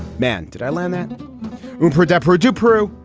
man, did i land that poor, desperate to peru.